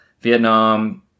Vietnam